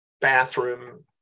bathroom